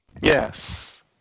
yes